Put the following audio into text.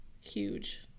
huge